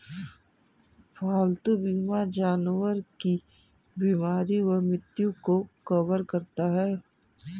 पालतू बीमा जानवर की बीमारी व मृत्यु को कवर करता है